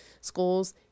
schools